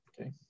okay